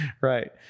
Right